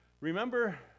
Remember